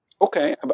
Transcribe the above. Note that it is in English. Okay